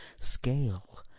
scale